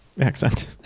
accent